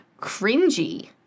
cringy